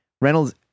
Reynolds